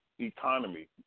economy